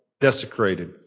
desecrated